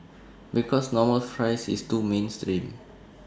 because normal fries is too mainstream